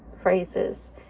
phrases